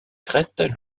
crêtes